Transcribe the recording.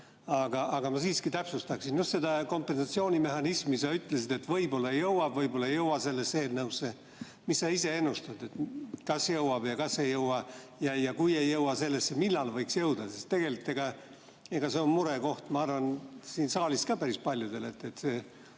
Aga ma siiski täpsustaksin just seda kompensatsioonimehhanismi. Sa ütlesid, et võib-olla jõuab, võib-olla ei jõua sellesse eelnõusse. Mis sa ise ennustad: kas jõuab või ei jõua? Ja kui ei jõua sellesse, siis millal võiks jõuda? Tegelikult see on murekoht, ma arvan, siin saalis päris paljudele.